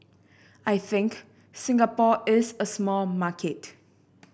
I think Singapore is a small market